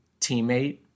teammate